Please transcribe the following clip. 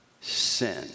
sin